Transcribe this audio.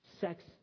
Sex